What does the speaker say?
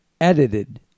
edited